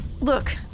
Look